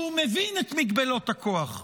שהוא מבין את מגבלות הכוח.